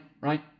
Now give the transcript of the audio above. Right